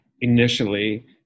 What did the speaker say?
initially